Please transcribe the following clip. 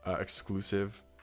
exclusive